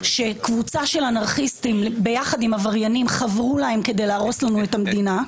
שקבוצה של אנרכיסטים יחד עם עבריינים חברו להם כדי להרוס לנו את המדינה.